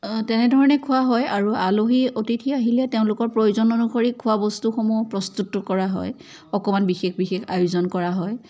তেনে ধৰণে খোৱা হয় আৰু আলহী অতিথি আহিলে তেওঁলোকৰ প্ৰয়োজন অনুসৰি খোৱা বস্তুসমূহ প্ৰস্তুত কৰা হয় অকণমান বিশেষ বিশেষ আয়োজন কৰা হয়